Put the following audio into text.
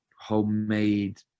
homemade